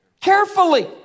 carefully